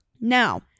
Now